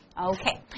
Okay